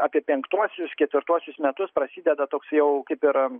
apie penktuosius ketvirtuosius metus prasideda toks jau kaip ir